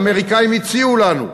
האמריקנים הציעו לנו: